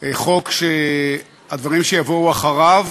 חוק שהדברים שיבואו אחריו